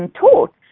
taught